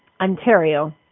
Ontario